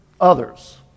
others